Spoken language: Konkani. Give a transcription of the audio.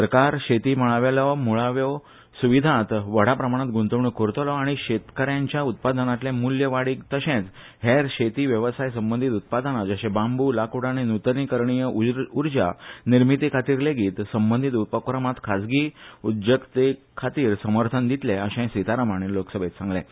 सरकार शेती मळा वेल्यो मुळाव्यो सुविधांत व्हडा प्रमाणांत गुंतवणूक करतलो आनी शेतकाऱ्यांच्या उत्पादनांतले मुल्य वाडीक तशेंच हेर शेती वेवसाय संबंदीत उत्पादनां जशे बांबू लांकूड आनी नुतनीकरणीय उर्जा निर्मिती खातीर लेगीत संबंदीत उपक्रमांत खाजगी उद्देजकताये खातीर समर्थन दितले अशें सितारामन हांणी लोकसभेंत सांगलें